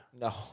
No